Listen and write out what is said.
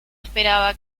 esperaba